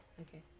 Okay